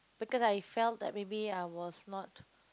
because I felt that maybe I was not